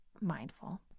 mindful